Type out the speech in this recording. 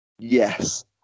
yes